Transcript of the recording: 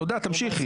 תודה, תמשיכי.